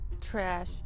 Trash